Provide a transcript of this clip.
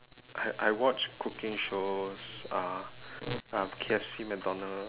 I I watch cooking shows uh uh K_F_C mcdonald